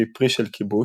שהיא פרי של כיבוש,